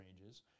ranges